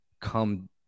come